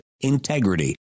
integrity